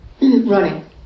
running